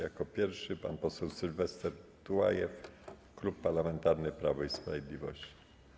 Jako pierwszy pan poseł Sylwester Tułajew, Klub Parlamentarny Prawo i Sprawiedliwość, zdalnie.